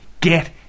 Get